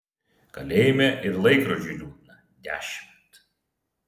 kalėjime ir laikrodžiui liūdna dešimt